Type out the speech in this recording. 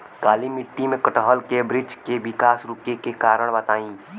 काली मिट्टी में कटहल के बृच्छ के विकास रुके के कारण बताई?